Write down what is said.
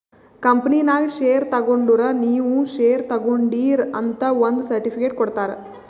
ಕಂಪನಿನಾಗ್ ಶೇರ್ ತಗೊಂಡುರ್ ನೀವೂ ಶೇರ್ ತಗೊಂಡೀರ್ ಅಂತ್ ಒಂದ್ ಸರ್ಟಿಫಿಕೇಟ್ ಕೊಡ್ತಾರ್